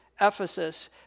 Ephesus